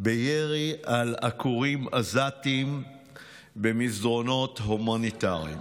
בירי על עקורים עזתים במסדרונות המוניטריים.